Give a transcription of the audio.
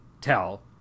tell